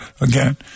again